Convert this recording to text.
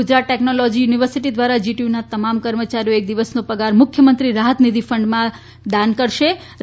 Gujarat technology university ધ્વારા જીટીયુના તમામ કર્મચારીઓ એક દિવસનો પગાર મુખ્યમંત્રી રાહત નીધી ફંડમાં દાન કરવાનું નકકી કર્યુ છે